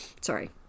Sorry